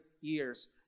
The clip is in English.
years